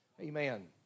Amen